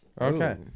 Okay